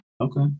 Okay